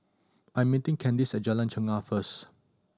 I'm meeting Candis at Jalan Chegar first